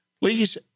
please